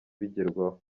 bigerwaho